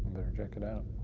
better check it out.